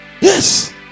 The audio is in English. yes